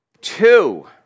Two